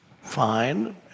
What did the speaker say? fine